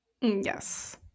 Yes